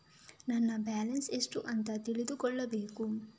ನನ್ನ ಬ್ಯಾಲೆನ್ಸ್ ಎಷ್ಟು ಅಂತ ತಿಳಿದುಕೊಳ್ಳಬೇಕು?